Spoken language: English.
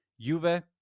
Juve